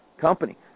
company